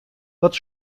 wat